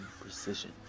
precision